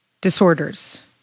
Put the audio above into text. disorders